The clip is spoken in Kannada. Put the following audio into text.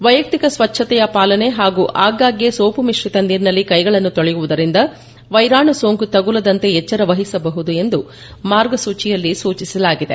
ವೈಯಕ್ತಿಕ ಸ್ವಚ್ಚತೆಯ ಪಾಲನೆ ಮತ್ತು ಆಗಾಗ ಸೋಪು ಮಿಶ್ರಿತ ನೀರಿನಲ್ಲಿ ಕ್ಟೆಗಳನ್ನು ತೊಳೆಯುವುದರಿಂದ ವೈರಾಣು ಸೋಂಕು ತಗುಲದಂತೆ ಎಚ್ಚರ ವಹಿಸಬಹುದು ಎಂದು ಮಾರ್ಗಸೂಚಿಯಲ್ಲಿ ಸೂಚಿಸಲಾಗಿದೆ